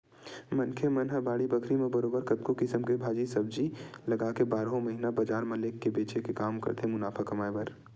मनखे मन ह बाड़ी बखरी म बरोबर कतको किसम के सब्जी भाजी लगाके बारहो महिना बजार म लेग के बेंचे के काम करथे मुनाफा कमाए बर